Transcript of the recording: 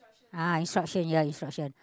ah instruction ya instruction